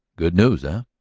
good news, ah?